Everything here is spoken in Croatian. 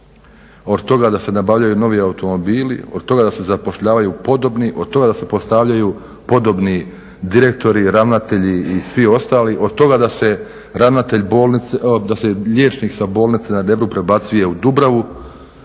od toga da se nabavljaju novi automobili, od toga da se zapošljavaju podobni, od toga da se postavljaju podobni direktori, ravnatelji i svi ostali, od toga da se liječnik sa bolnice na Rebru prebacuje u Dubravu